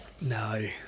No